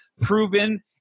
proven